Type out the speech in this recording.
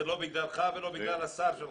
זה לא בגללך ולא בגלל השר שלך,